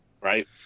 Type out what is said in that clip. right